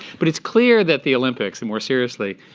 but it's clear that the olympics, and more seriously,